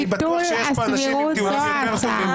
אני בטוח שיש פה אנשים עם טיעונים יותר טובים.